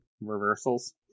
Reversals